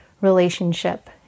relationship